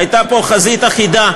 הייתה פה חזית אחידה,